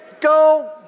Go